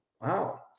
Wow